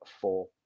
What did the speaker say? four